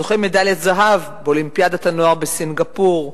זוכה מדליית זהב באולימפיאדת הנוער בסינגפור,